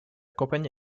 company